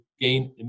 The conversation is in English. gain